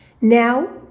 Now